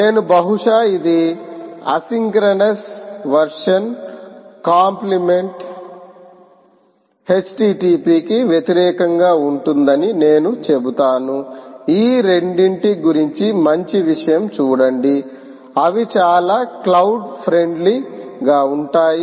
నేను బహుశా ఇది అసింక్రోనస్ వర్షన్ కాంప్లిమెంట్ Http కి వ్యతిరేకంగా ఉంటుందని నేను చెబుతాను ఈ రెండింటి గురించి మంచి విషయం చూడండి అవి చాలా క్లౌడ్ ఫ్రెండ్లీ గా ఉంటాయి